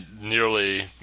nearly